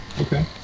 Okay